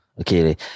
okay